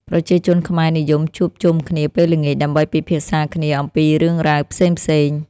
ប្រជាជនខ្មែរនិយមជួបជុំគ្នាពេលល្ងាចដើម្បីពិភាក្សាគ្នាអំពីរឿងរ៉ាវផ្សេងៗ។